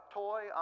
toy